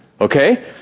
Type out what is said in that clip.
Okay